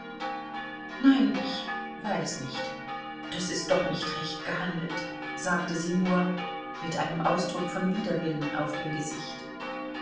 nein ich weiß nicht das ist doch nicht recht gehandelt sagte sie nur mit einem ausdruck von widerwillen auf dem gesicht